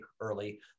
early